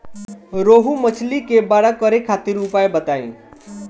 रोहु मछली के बड़ा करे खातिर उपाय बताईं?